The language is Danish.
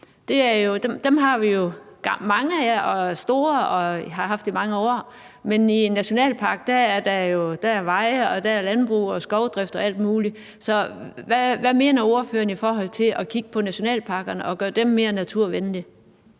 dem har vi jo mange af; de er store, og vi har haft dem i mange år. Men i en nationalpark er der jo veje, og der er landbrug og skovdrift og alt muligt. Så hvad mener ordføreren i forhold til at kigge på nationalparkerne og gøre dem mere naturvenlige?